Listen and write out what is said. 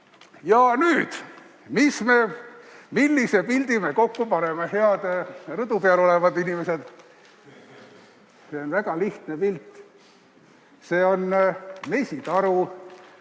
Nüüd, millise pildi me kokku paneme? Head rõdu peal olevad inimesed! See on väga lihtne pilt. See on mesitaru,